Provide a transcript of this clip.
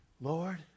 Lord